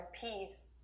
peace